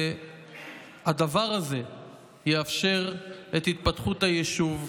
הדבר הזה יאפשר את התפתחות היישוב,